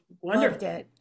wonderful